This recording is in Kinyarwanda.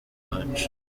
iwacu